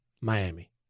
Miami